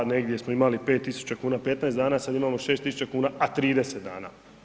Negdje smo imali 5 tisuća kuna, 15 dana a sad imamo 6 tisuća kuna a 30 dana.